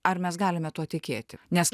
ar mes galime tuo tikėti nes